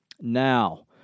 Now